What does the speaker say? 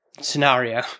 scenario